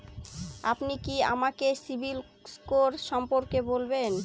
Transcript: আপনি কি আমাকে সিবিল স্কোর সম্পর্কে বলবেন?